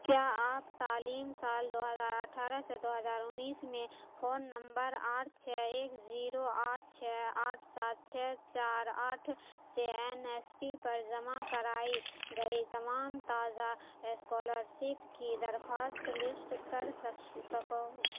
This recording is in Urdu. کیا آپ تعلیم سال دو ہزار اٹھارہ سے دو ہزار انیس میں فون نمبر آٹھ چھ ایک زیرو آٹھ چھ آٹھ سات چھ چار آٹھ سے این ایس پی پر جمع کرائی گئی تمام تازہ اسکالرسپ کی درخواست لسٹ کر سکتے کر سکو